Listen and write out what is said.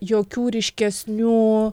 jokių ryškesnių